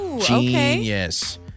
Genius